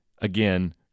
again